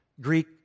Greek